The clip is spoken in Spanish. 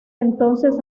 entonces